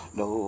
no